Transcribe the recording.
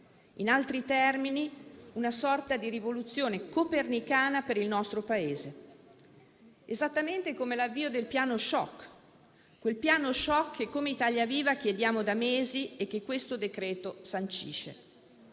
In altri termini, è una sorta di rivoluzione copernicana per il nostro Paese, esattamente come l'avvio del piano *choc*, che, come Italia Viva, chiediamo da mesi e che il decreto-legge